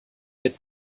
mit